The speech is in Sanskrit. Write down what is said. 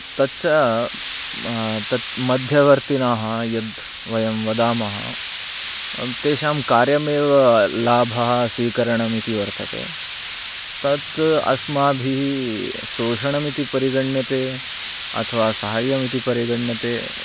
तच्च तत् मध्यवर्तिनः यद् वयं वदामः तेषां कार्यमेव लाभः स्वीकरणमिति वर्तते तत् अस्माभिः सोषणमिति परिगण्यते अथवा सहाय्यमिति परिगण्यते